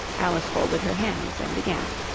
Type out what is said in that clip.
alice folded her hands, and began